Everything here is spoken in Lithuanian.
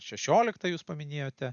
šešioliktą jūs paminėjote